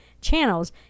channels